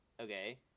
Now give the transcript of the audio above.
okay